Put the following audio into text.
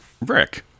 Rick